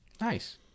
Nice